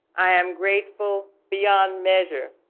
i am grateful beyond measure